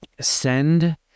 send